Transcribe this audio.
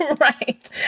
Right